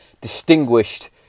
distinguished